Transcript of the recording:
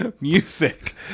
music